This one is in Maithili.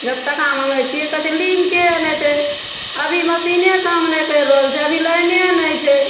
जब टका मँगै छियै कहै छै लिंके नहि छै अभी मशीने काम नहि करि रहल छै अभी लाइने नहि छै